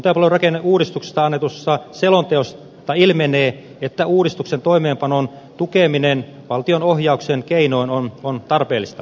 kunta ja palvelurakenneuudistuksesta annetusta selonteosta ilmenee että uudistuksen toimeenpanon tukeminen valtion ohjauksen keinoin on tarpeellista